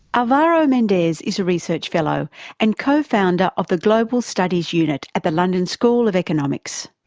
alvaro mendez is a research fellow and co-founder of the global studies unit at the london school of economics.